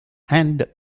and